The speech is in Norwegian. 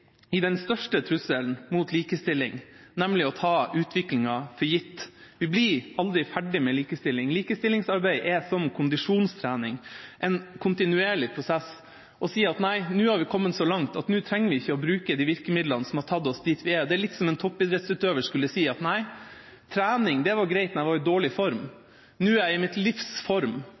i den største trusselen mot likestilling, nemlig å ta utviklinga for gitt. Vi blir aldri ferdig med likestilling. Likestillingsarbeid er som kondisjonstrening, en kontinuerlig prosess. Å si at nei, nå har vi kommet så langt at nå trenger vi ikke å bruke de virkemidlene som har tatt oss dit vi er, er litt som om en toppidrettsutøver skulle si at nei, trening var greit da jeg var i dårlig